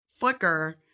Flickr